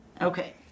Okay